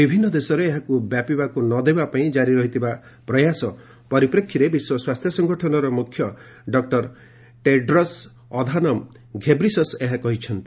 ବିଭିନ୍ନ ଦେଶରେ ଏହାକୁ ବ୍ୟାପିବାକୁ ନଦେବା ପାଇଁ କାରି ରହିଥିବା ପ୍ରୟାସ ପରିପ୍ରେକ୍ଷୀରେ ବିଶ୍ୱ ସ୍ୱାସ୍ଥ୍ୟ ସଂଗଠନର ମୁଖ୍ୟ ଡକ୍ଟର ଟେଡ୍ରସ୍ ଅଧାନମ ଘେବ୍ରିସସ୍ ଏହା କହିଛନ୍ତି